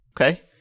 okay